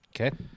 Okay